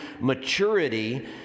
maturity